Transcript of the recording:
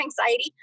anxiety